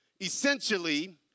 essentially